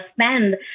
spend